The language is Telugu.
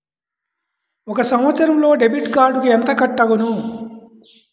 ఒక సంవత్సరంలో డెబిట్ కార్డుకు ఎంత కట్ అగును?